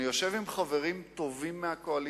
אני יושב עם חברים טובים מהקואליציה,